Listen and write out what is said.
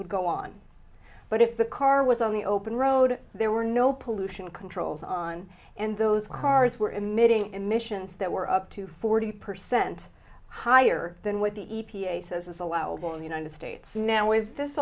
would go on but if the car was on the open road there were no pollution controls on and those cars were emitting emissions that were up to forty percent higher than what the e p a says is allowable in the united states now is this